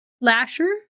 Lasher